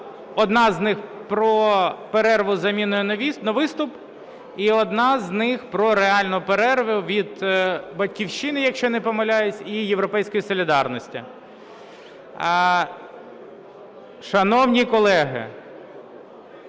Одна з них про перерву з заміною на виступ і одна з них про реальну перерву від "Батьківщини", якщо я не помиляюсь, і "Європейської солідарності". Шановні колеги!